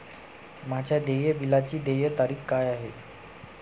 माझ्या देय बिलाची देय तारीख काय आहे?